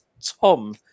Tom